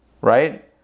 right